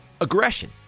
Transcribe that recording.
aggression